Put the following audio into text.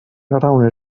reunir